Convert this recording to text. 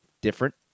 different